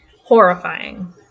Horrifying